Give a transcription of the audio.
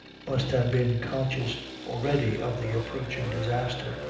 must have been conscious already of the approaching disaster.